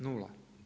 Nula.